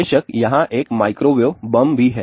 बेशक यहाँ एक माइक्रोवेव बम भी है